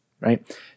right